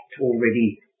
already